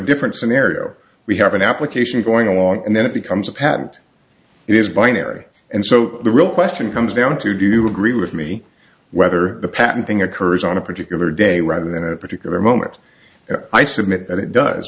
different scenario we have an application going along and then it becomes a patent it is binary and so the real question comes down to do you agree with me whether the patent thing occurs on a particular day rather than at a particular moment and i submit that it does